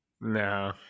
No